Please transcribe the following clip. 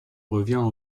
revient